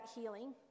healing